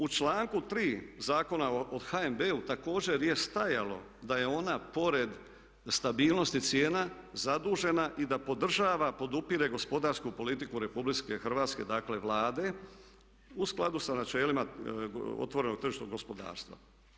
U članku 3. Zakona o HNB-u također je stajalo da je ona pored stabilnosti cijena zadužena i da podržava, podupire gospodarsku politiku Republike Hrvatske, dakle Vlade u skladu sa načelima otvorenog tržišnog gospodarstva.